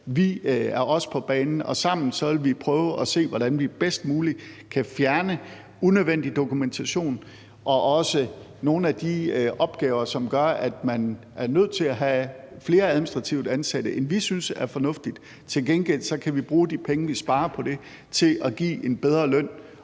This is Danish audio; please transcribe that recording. vi er også på banen. Og sammen vil vi prøve at se, hvordan vi bedst muligt kan fjerne unødvendig dokumentation og også nogle af de opgaver, som gør, at man er nødt til at have flere administrativt ansatte, end vi synes er fornuftigt. Til gengæld kan vi bruge de penge, vi sparer på det, til at give en bedre løn